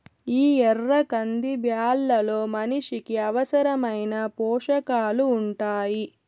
ఈ ఎర్ర కంది బ్యాళ్ళలో మనిషికి అవసరమైన పోషకాలు ఉంటాయి